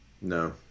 No